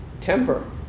temper